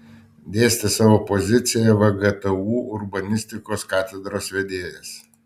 dėstė savo poziciją vgtu urbanistikos katedros vedėjas